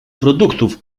produktów